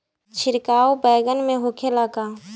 छिड़काव बैगन में होखे ला का?